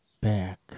back